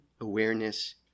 awareness